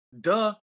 duh